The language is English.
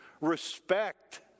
respect